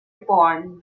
pond